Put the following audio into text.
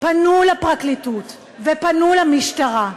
פנו לפרקליטות ופנו למשטרה,